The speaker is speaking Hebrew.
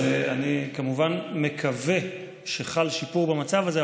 אני כמובן מקווה שחל שיפור במצב הזה.